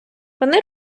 вони